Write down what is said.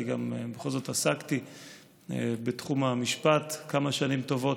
ואני גם בכל זאת עסקתי בתחום המשפט כמה שנים טובות,